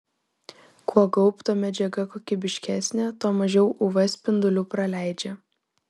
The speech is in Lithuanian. kuo gaubto medžiaga kokybiškesnė tuo mažiau uv spindulių praleidžia